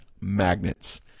magnets